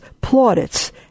plaudits